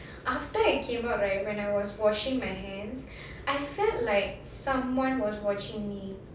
after I came out right when I was washing my hands I felt like someone was watching me